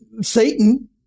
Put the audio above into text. Satan